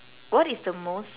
what is the most